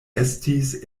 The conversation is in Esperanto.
estis